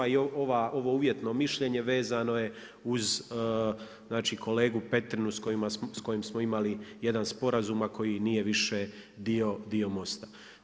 A i ovo uvjetno mišljenje vezano je uz, znači kolegu Petrinu s kojim smo imali jedan sporazum, a koji nije više dio MOST-a.